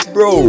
Bro